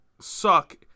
suck